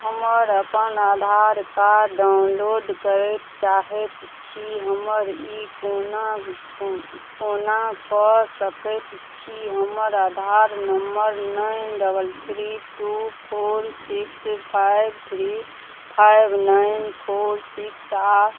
हमर अपन Aadhaar card download करै चाहै छी हमर ई कोना कोना कऽ सकै छी हमर Aadhaar number nine double three two four six five three five nine four six आओर